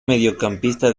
mediocampista